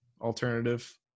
alternative